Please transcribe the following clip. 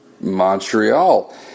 Montreal